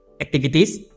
activities